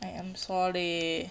I am sorry